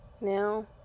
now